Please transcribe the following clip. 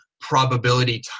probability